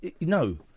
no